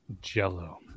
jello